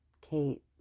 Kate